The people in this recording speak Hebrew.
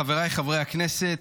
חבריי חברי הכנסת,